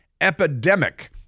epidemic